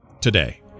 today